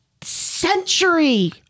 century